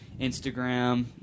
Instagram